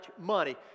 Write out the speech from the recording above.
money